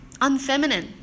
unfeminine